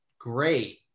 great